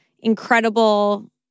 incredible